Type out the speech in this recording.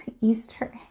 Easter